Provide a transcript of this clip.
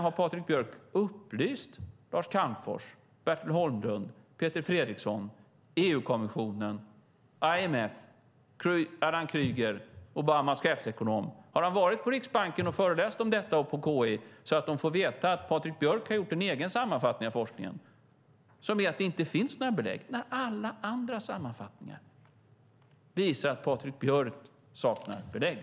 Har Patrik Björck upplyst Lars Calmfors, Bertil Holmlund, Peter Fredriksson, EU-kommissionen, IMF, Obamas chefsekonom Alan Krueger? Har Patrik Björck varit på Riksbanken och KI och föreläst om detta så att de fått veta att han gjort en egen sammanfattning av forskningen, som innebär att det inte finns några belägg? Samtidigt visar alla andra sammanfattningar att Patrik Björck saknar belägg.